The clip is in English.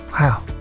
Wow